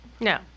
No